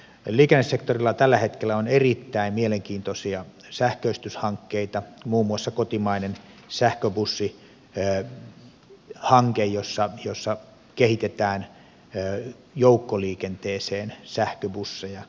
liikennesektorilla tällä hetkellä on erittäin mielenkiintoisia sähköistyshankkeita muun muassa kotimainen sähköbussihanke jossa kehitetään joukkoliikenteeseen sähköbusseja